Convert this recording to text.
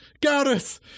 Gareth